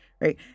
right